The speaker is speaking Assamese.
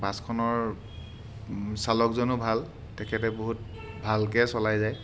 বাছখনৰ চালকজনো ভাল তেখেতে বহুত ভালকৈ চলাই যায়